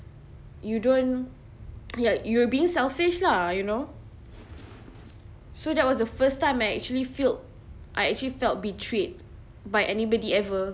you don't ya you're being selfish lah you know so that was the first time I actually feel I actually felt betrayed by anybody ever